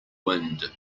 wind